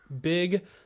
big